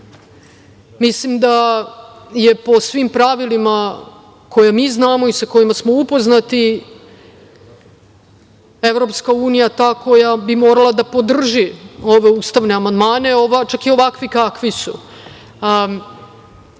mislim da je po svim pravilima koje mi znamo i sa kojima smo upoznati, EU je ta koja bi morala da podrži ove ustavne amandmane, čak i ovakvi kakvi su,